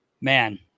man